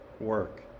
work